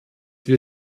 wir